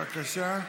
בבקשה.